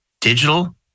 digital